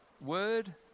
word